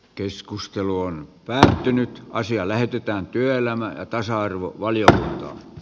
keskustelu on päättynyt ja asia lähetetään työelämä ja tasa arvo puolia